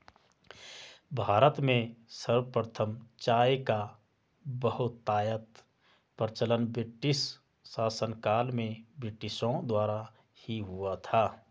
भारत में सर्वप्रथम चाय का बहुतायत प्रचलन ब्रिटिश शासनकाल में ब्रिटिशों द्वारा ही हुआ था